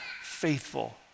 faithful